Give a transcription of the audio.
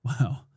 Wow